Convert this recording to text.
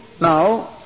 now